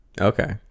okay